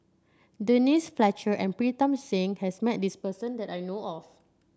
Denise Fletcher and Pritam Singh has met this person that I know of